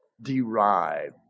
derive